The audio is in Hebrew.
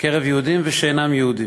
בקרב יהודים ושאינם יהודים.